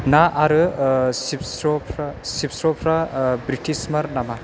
ना आरो चिप्सफ्रा ब्रिटिसमार नामा